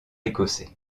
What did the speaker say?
écossais